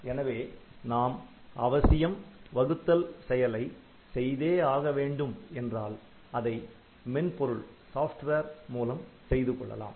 எனவே நாம் அவசியம் வகுத்தல் செயலை செய்தே ஆக வேண்டும் என்றால் அதை மென்பொருள் மூலம் செய்து கொள்ளலாம்